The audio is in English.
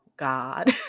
God